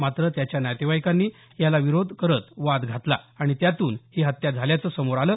मात्र त्याच्या नातेवाईकांनी याला विरोध करत वाद घातला आणि त्यातून ही हत्या झाल्याचं समोर आलं